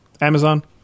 Amazon